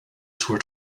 tour